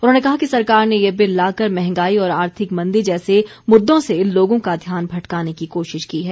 उन्होंने कहा कि सरकार ने ये बिल लाकर मंहगाई और आर्थिक मंदी जैसे मुद्दों से लोगों का ध्यान भटकाने की कोशिश की है